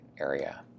area